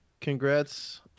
congrats